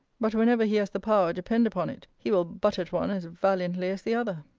but whenever he has the power, depend upon it, he will butt at one as valiantly as the other.